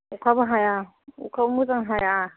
अखाबो हाया अखाबो मोजां हाया